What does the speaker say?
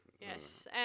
Yes